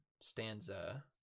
stanza